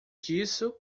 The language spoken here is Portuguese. disso